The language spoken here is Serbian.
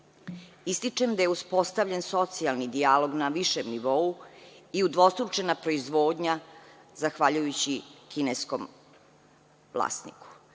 da je uspostavljen socijalni dijalog na višem nivou i udvostručena proizvodnja zahvaljujući kineskom vlasniku.